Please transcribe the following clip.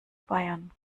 bayern